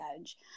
edge